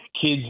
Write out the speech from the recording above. kids